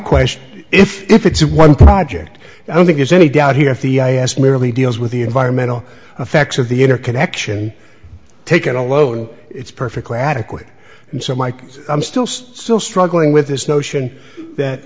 question if if it's one project i don't think there's any doubt here if the i r s merely deals with the environmental effects of the interconnection taken alone it's perfectly adequate and so mike i'm still still struggling with this notion that